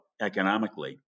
economically